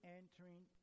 entering